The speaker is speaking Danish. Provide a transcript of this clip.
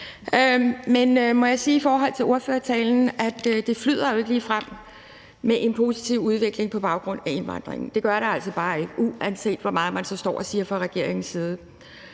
jeg i forhold til ordførertalen sige, at det jo ikke ligefrem flyder med en positiv udvikling på baggrund af indvandringen – det gør det altså bare ikke, uanset hvor meget man så står og siger fra regeringens side.